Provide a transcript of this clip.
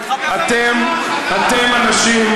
תתאזר בסבלנות.